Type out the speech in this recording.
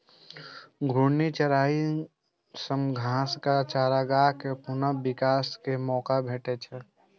घूर्णी चराइ सं घास आ चारागाह कें पुनः विकास के मौका भेटै छै